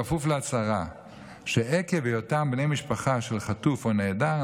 בכפוף להצהרה שעקב היותם בני משפחה של חטוף או נעדר,